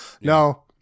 No